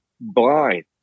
blind